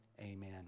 amen